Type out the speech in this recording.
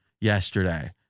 yesterday